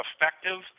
effective